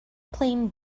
plane